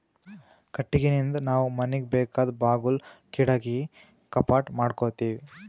ಕಟ್ಟಿಗಿನಿಂದ್ ನಾವ್ ಮನಿಗ್ ಬೇಕಾದ್ ಬಾಗುಲ್ ಕಿಡಕಿ ಕಪಾಟ್ ಮಾಡಕೋತೀವಿ